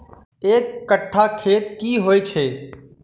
एक कट्ठा खेत की होइ छै?